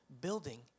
building